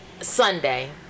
Sunday